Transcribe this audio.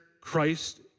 Christ